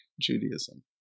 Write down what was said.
Judaism